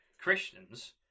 Christians